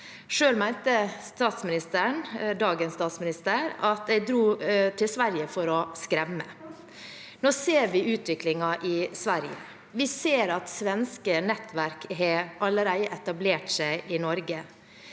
dagens statsminister at jeg dro til Sverige for å skremme. Nå ser vi utviklingen i Sverige. Vi ser at svenske nettverk allerede har etablert seg i Norge.